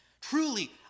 Truly